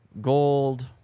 Gold